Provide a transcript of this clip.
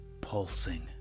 pulsing